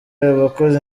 abakozi